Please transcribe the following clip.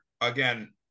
again